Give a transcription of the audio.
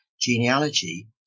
genealogy